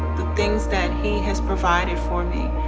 the things that he has provided for me,